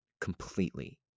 completely